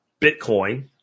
Bitcoin